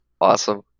Awesome